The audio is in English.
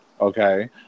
Okay